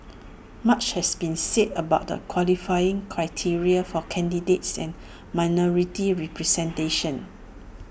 much has been said about the qualifying criteria for candidates and minority representation